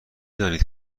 دانید